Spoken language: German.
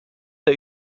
der